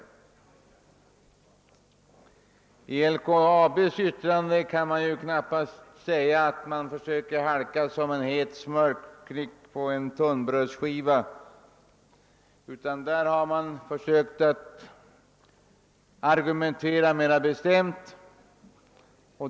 Vad beträffar LKAB:s yttrande kan man ju knappast säga, att man där försöker halka som en smörklick på en het tunnbrödsbit, utan där har man försökt att argumentera mera bestämt.